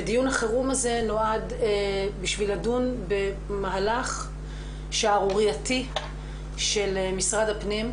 דיון החירום הזה נועד לדון במהלך שערורייתי של משרד הפנים,